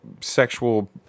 sexual